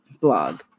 blog